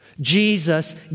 Jesus